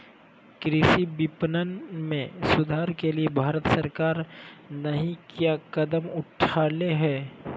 कृषि विपणन में सुधार के लिए भारत सरकार नहीं क्या कदम उठैले हैय?